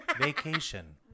Vacation